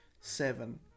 seven